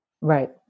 Right